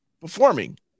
performing